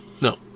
No